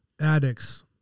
addicts